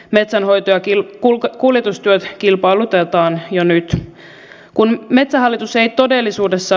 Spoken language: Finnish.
metsänhoito ja kuljetustyöt kilpailutetaan jo nyt